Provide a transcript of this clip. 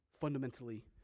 fundamentally